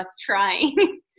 trying